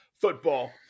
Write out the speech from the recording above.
football